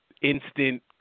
instant